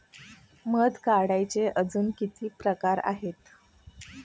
मध काढायचे अजून किती प्रकार आहेत?